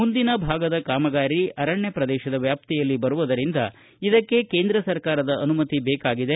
ಮುಂದಿನ ಭಾಗದ ಕಾಮಗಾರಿ ಅರಣ್ಯ ಪ್ರದೇಶದ ವ್ಯಾಪ್ತಿಯಲ್ಲಿ ಬರುವುದರಿಂದ ಇದಕ್ಕೆ ಕೇಂದ್ರ ಸರ್ಕಾರದ ಅನುಮತಿ ಬೇಕಾಗಿದೆ